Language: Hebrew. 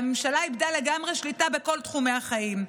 והממשלה איבדה לגמרי שליטה בכל תחומי החיים.